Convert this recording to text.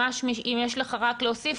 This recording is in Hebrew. אם יש לך רק להוסיף,